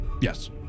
Yes